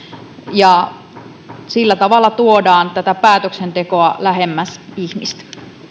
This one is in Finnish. ja sillä tavalla tuodaan tätä päätöksentekoa lähemmäs ihmistä